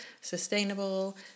sustainable